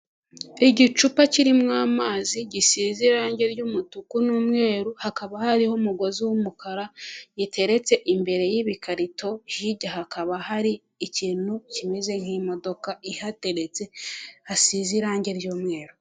Igicupa kirimo amazi, gisize irangi ry'umutuku n'umweru ,hakaba hariho umugozi w'umukara, giteretse imbere y'ibikarito, hirya hakaba hari ikintu kimeze nk'imodoka ihateretse, hasize irangi ry'umweru.